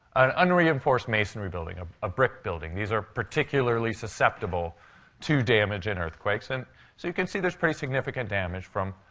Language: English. an unreinforced masonry building a ah brick building. these are particularly susceptible to damage in earthquakes. and so you can see there's pretty significant damage from,